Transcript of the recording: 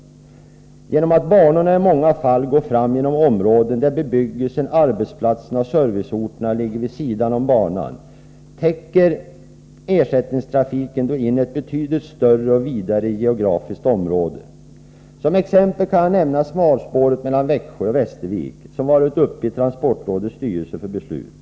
På grund av att banorna i många fall går fram genom områden där bebyggelsen, arbetsplatserna och serviceorterna ligger vid sidan om banan täcker ersättningstrafiken in ett betydligt större och vidare geografiskt område. Som exempel kan jag nämna smalspåret mellan Växjö och Västervik — en fråga som varit uppe i transportrådets styrelse för beslut.